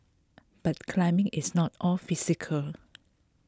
but climbing is not all physical